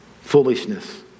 foolishness